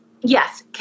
yes